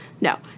No